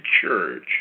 church